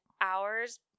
hours